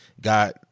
Got